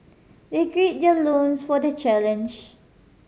they gird their loins for the challenge